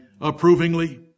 approvingly